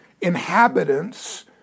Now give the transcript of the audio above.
inhabitants